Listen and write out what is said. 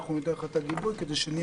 ואנחנו ניתן לך את הגיבוי כדי שנהיה